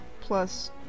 plus